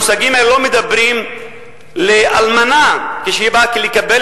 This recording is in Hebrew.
המושגים האלה לא מדברים לאלמנה שבאה לקבל